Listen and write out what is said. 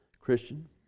Christian